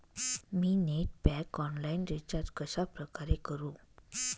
मी net pack online recharge कशाप्रकारे करु?